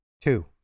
Two